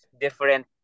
different